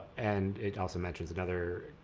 and it also mentions another